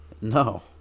No